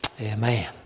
Amen